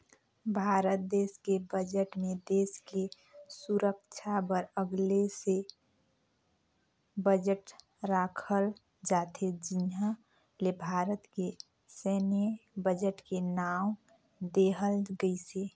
भारत देस के बजट मे देस के सुरक्छा बर अगले से बजट राखल जाथे जिहां ले भारत के सैन्य बजट के नांव देहल गइसे